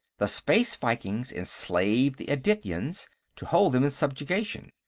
the space vikings enslaved the adityans to hold them in subjugation.